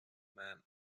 man